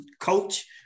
coach